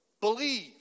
Believe